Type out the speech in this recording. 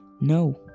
No